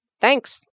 Thanks